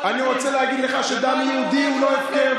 אני רוצה לומר לך שדם יהודים לא הפקר,